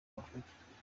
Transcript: wakora